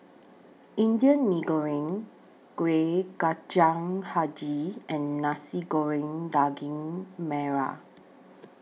Indian Mee Goreng Kuih Kacang Hijau and Nasi Goreng Daging Merah